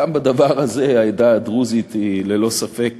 כאן, בדבר הזה, העדה הדרוזית היא ללא ספק